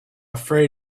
afraid